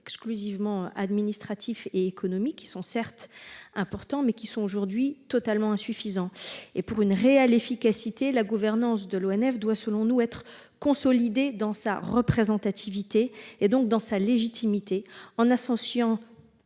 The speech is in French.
exclusivement administratif et économique, certes important, mais aujourd'hui totalement insuffisant. Pour permettre une réelle efficacité, la gouvernance de l'ONF doit, selon nous, être consolidée dans sa représentativité et donc dans sa légitimité en associant,